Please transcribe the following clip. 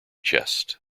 chest